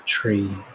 tree